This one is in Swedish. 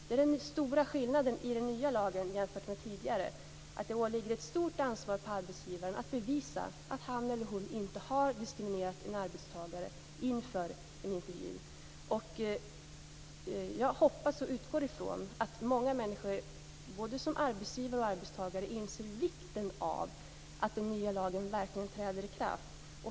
Det är den stora skillnaden i den nya lagen jämfört med tidigare, att arbetsgivaren har ett stort ansvar att bevisa att han eller hon inte har diskriminerat en arbetstagare inför en intervju. Jag hoppas och utgår från att många människor, både som arbetsgivare och arbetstagare, inser vikten av att den nya lagen verkligen träder i kraft.